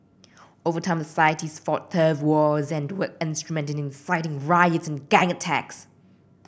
over time the societies fought turf wars and were instrumental in inciting riots and gang attacks